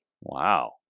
Wow